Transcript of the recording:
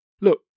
look